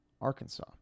Arkansas